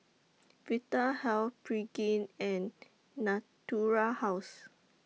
Vitahealth Pregain and Natura House